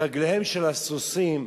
ברגליהם של הסוסים,